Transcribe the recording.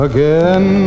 Again